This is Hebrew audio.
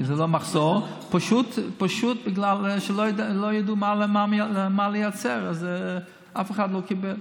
פשוט בגלל שלא ידעו מה לייצר אף אחד לא קיבל.